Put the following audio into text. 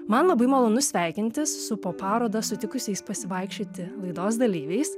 man labai malonu sveikintis su po parodą sutikusiais pasivaikščioti laidos dalyviais